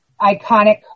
iconic